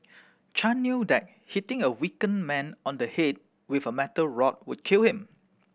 Chan knew that hitting a weakened man on the head with a metal rod would kill him